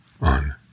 On